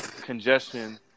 Congestion